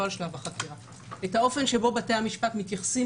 לא על שלב החקירה את האופן שבו בתי המשפט מתייחסים